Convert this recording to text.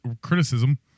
criticism